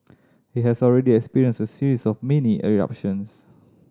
it has already experienced a series of mini eruptions